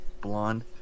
blonde